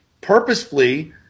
purposefully